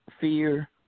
fear